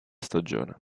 stagione